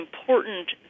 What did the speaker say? important